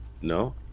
No